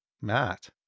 matt